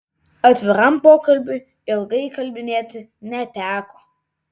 atviram pokalbiui ilgai įkalbinėti neteko